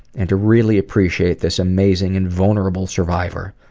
and to really appreciate this amazing and vulnerable survivor.